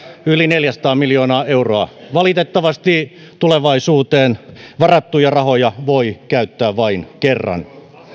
yli neljäsataa miljoonaa euroa valitettavasti tulevaisuuteen varattuja rahoja voi käyttää vain kerran